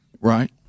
Right